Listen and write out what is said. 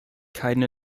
keine